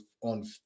on